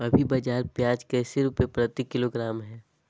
अभी बाजार प्याज कैसे रुपए प्रति किलोग्राम है?